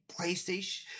PlayStation